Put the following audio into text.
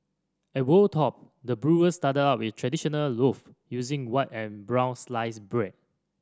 at Wold Top the brewers started out with traditional loave using white and brown sliced bread